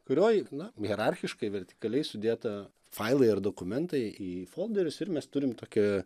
kurioj na hierarchiškai vertikaliai sudėta failai ir dokumentai į folderius ir mes turim tokią